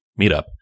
meetup